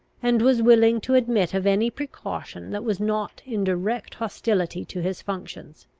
and was willing to admit of any precaution that was not in direct hostility to his functions.